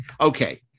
Okay